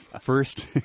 First